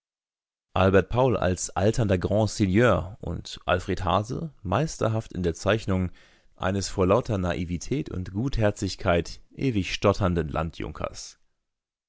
albert paul als alternder grandseigneur und alfred haase meisterhaft in der zeichnung eines vor lauter naivität und gutherzigkeit ewig stotternden landjunkers